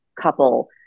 couple